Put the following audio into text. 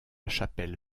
chapelle